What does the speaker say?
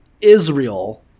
Israel